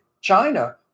China